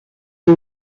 two